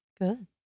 Good